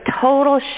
total